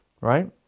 Right